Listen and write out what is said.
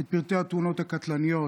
את פרטי התאונות הקטלניות